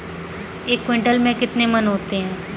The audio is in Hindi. एक क्विंटल में कितने मन होते हैं?